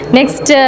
Next